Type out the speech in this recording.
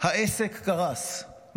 העסק קרס.